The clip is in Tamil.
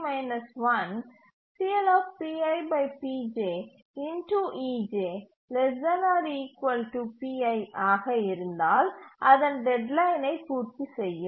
Ti இன் ஆக இருந்தால் அதன் டெட்லைனை பூர்த்தி செய்யும்